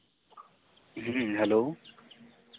hello